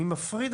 אני מפריד,